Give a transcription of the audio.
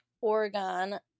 Oregon